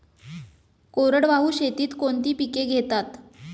कोरडवाहू शेतीत कोणती पिके घेतात?